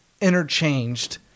interchanged